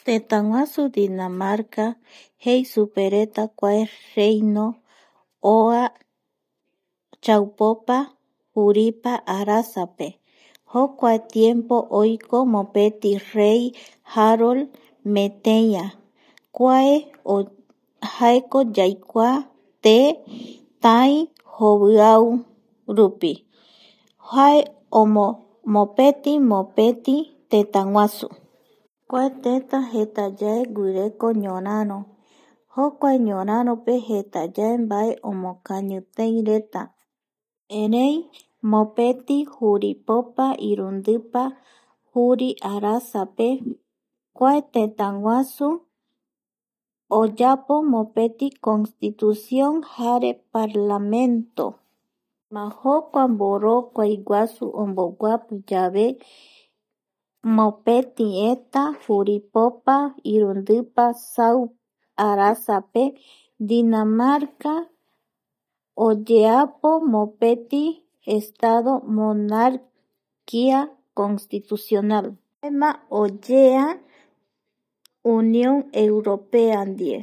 Tëtäguasu Dinamarca jei supereta kua reino oa chaupopa juripa ar sape jokuae tiempo oiko mopeti Rey Jarol meteia kuae kua tee ai joviaurupi jae omomopeti mopeti tëtäguasu kua tëtä jetayae guireko ñoraro jokua ñoraope jetayae mbae omokañireta erei opeti juripa juri arasape kua tëtáguasu oyapo mopeti constitucion jare parlamento jaema jokua mborookuai guasu omboguapiyave mopeti eta juripopa irundipa sau arasapa Dinamarca oyeapo mopeti Estado monarquia Constitucional jaema oyea Union Europea Ndie